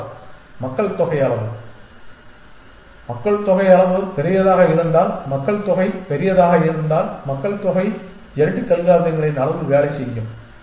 மாணவர் மக்கள் தொகை அளவு மக்கள்தொகை அளவு பெரியதாக இருந்தால் மக்கள்தொகை பெரியதாக இருந்தால் மக்கள்தொகை ஜெனடிக் அல்காரிதங்களின் அளவு வேலை செய்யும்